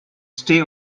stay